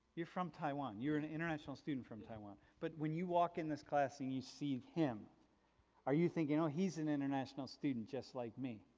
you're from taiwan? you're an international student from taiwan, but when you walk in this class and you see him are you you know he's an international student just like me?